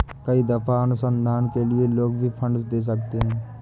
कई दफा अनुसंधान के लिए लोग भी फंडस दे सकते हैं